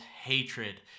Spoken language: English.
hatred